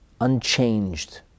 unchanged